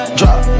drop